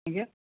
ଆଜ୍ଞା